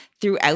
throughout